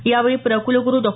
यावेळी प्रकुलगुरु डॉ